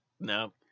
No